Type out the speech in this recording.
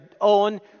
own